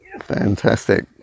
Fantastic